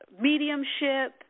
mediumship